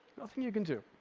nothing you can do.